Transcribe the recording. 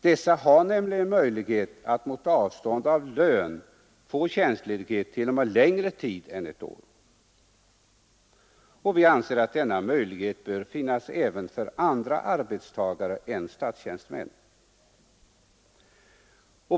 Dessa kan nämligen mot avstående av lön få tjänstledighet t.o.m. längre tid än ett år. Vi anser att detta bör vara möjligt även för andra arbetstagare än statstjänstemän.